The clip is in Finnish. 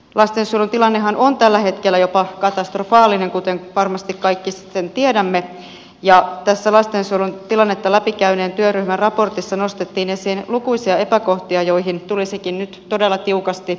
lastensuojelun tilannehan on tällä hetkellä jopa katastrofaalinen kuten varmasti kaikki tiedämme ja tässä lastensuojelun tilannetta läpi käyneen työryhmän raportissa nostettiin esiin lukuisia epäkohtia joihin tulisikin nyt todella tiukasti puuttua